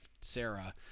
Sarah